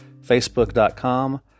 facebook.com